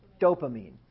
dopamine